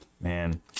man